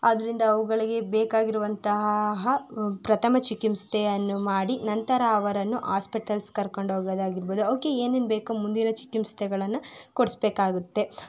ಆದ್ರಿಂದ ಅವುಗಳಿಗೆ ಬೇಕಾಗಿರುವಂತಹ ಪ್ರಥಮ ಚಿಕಿತ್ಸೆಯನ್ನು ಮಾಡಿ ನಂತರ ಅವರನ್ನು ಆಸ್ಪಿಟಲ್ಸ್ ಕರ್ಕೊಂಡು ಹೋಗೋದಾಗಿರ್ಬೋದು ಅವಕ್ಕೆ ಏನೇನು ಬೇಕೋ ಮುಂದಿನ ಚಿಕಿತ್ಸೆಗಳನ್ನ ಕೊಡಿಸ್ಬೇಕಾಗುತ್ತೆ